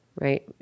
right